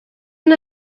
una